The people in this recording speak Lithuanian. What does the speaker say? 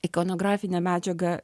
ikonografinė medžiaga